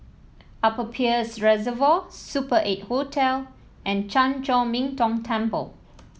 Upper Peirce Reservoir Super Eight Hotel and Chan Chor Min Tong Temple